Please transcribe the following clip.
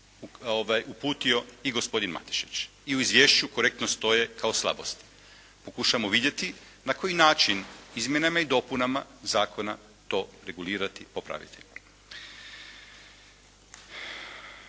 uputio i gospodin Matišić i u izvješću korektno stoje kao slabosti, pokušamo vidjeti na koji način izmjenama i dopunama zakona to regulirati i popraviti.